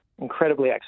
incredibly